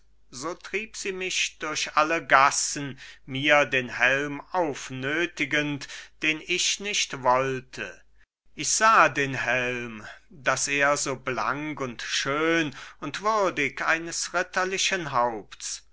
so trieb sie mich durch alle gassen mir den helm aufnötigend den ich nicht wollte ich sah den helm daß er so blank und schön und würdig eines ritterlichen haupts